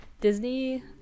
disney